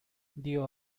dio